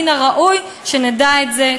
מן הראוי שנדע את זה.